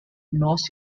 moss